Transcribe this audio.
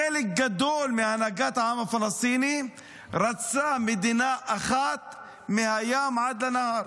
חלק גדול מהנהגת העם הפלסטיני רצה מדינה אחת מהים עד לנהר,